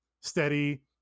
steady